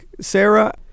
Sarah